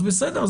אז בסדר,